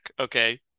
okay